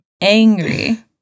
Angry